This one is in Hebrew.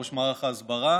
ראש מערך ההסברה,